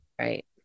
Right